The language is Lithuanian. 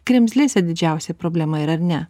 kremzlėse didžiausia problema yra ar ne